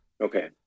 Okay